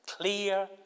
clear